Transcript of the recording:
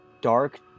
dark